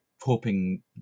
hoping